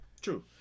True